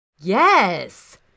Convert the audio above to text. Yes